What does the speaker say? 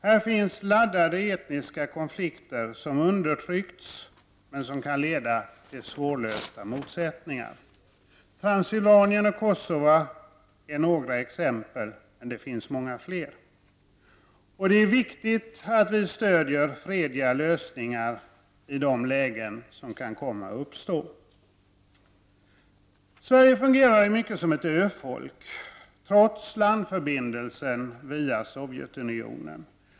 Här finns laddade etniska konflikter som undertryckts och som kan leda till svårlösta motsättningar. Transsylvanien och Kosovo är några exempel, men det finns många fler. Det är viktigt att vi stödjer fredliga lösningar i de lägen som kan komma att uppstå. Sverige fungerar i mycket som ett ö-folk, trots landsförbindelsen via Sovjetunionen.